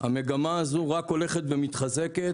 המגמה הזו רק הולכת ומתחזקת,